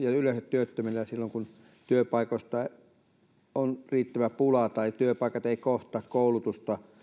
ja yleensä työttömille silloin kun työpaikkojen riittävyydestä on pula tai työpaikat eivät kohtaa koulutusta